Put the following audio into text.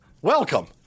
Welcome